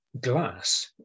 glass